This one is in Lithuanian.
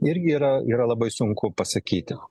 irgi yra yra labai sunku pasakyti